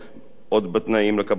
עוד בתנאים לקבלת רשיון,